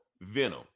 Venom